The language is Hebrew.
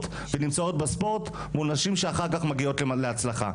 שנמצאות בספורט מול נשים שאחר כך מגיעות להצלחה.